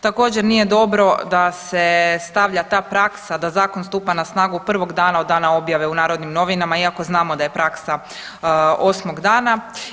Također nije dobro da se stavlja ta praksa da zakon stupa na snagu prvog dana od dana objave u Narodnim novinama iako znamo da je praksa osmog dana.